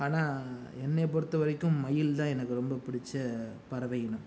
ஆனால் என்னை பொறுத்தவரைக்கும் மயில் தான் எனக்கு ரொம்ப பிடிச்ச பறவையினம்